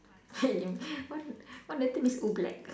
what what the theme is Oobleck